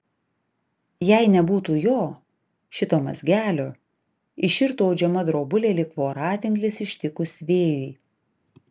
jei nebūtų jo šito mazgelio iširtų audžiama drobulė lyg voratinklis ištikus vėjui